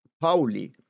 Pauli